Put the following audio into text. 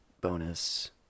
bonus